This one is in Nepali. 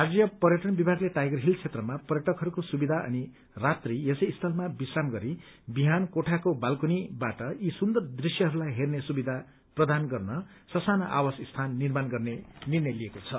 राज्य पर्यटन विभागले टाइगर हिल क्षेत्रमा पर्यटकहरूको सुविधा अनि रात्री यसै स्थलमा विश्राम गरी बिहान कोठाको बालकनीबाट यी सुन्दर दृश्यहरूलाई हेर्ने सुविधा प्रदान गर्न स साना आवास स्थान निर्माण गरिने निर्णय लिएको छ